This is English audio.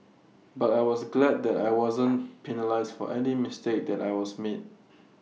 but I was glad that I wasn't penalised for any mistake that I was made